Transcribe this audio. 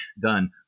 done